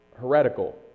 heretical